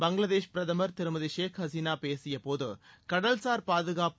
பங்களாதேஷ் பிரதமர் திருமதி ஷேக் ஹசினா பேசிய போது கடல்சார் பாதுகாப்பு